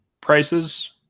prices